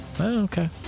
Okay